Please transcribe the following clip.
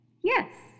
Yes